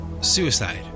suicide